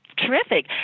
Terrific